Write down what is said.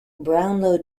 brownlow